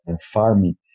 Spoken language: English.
farming